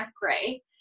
gray